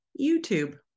YouTube